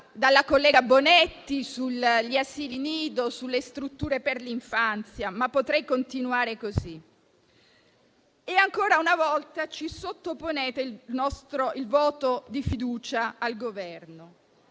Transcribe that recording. dalla collega Bonetti sugli asili nido e sulle strutture per l'infanzia. E potrei continuare così. Ancora una volta sottoponete il voto di fiducia al Governo.